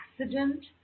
accident